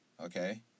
Okay